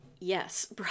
yes